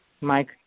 Mike